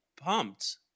pumped